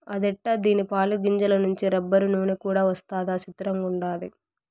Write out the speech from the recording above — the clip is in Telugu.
అదెట్టా దీని పాలు, గింజల నుంచి రబ్బరు, నూన కూడా వస్తదా సిత్రంగుండాది